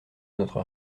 notre